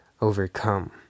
overcome